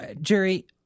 Jerry